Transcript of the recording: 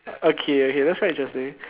okay okay that's quite interesting